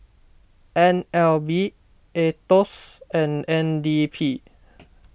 N L B Aetos and N D P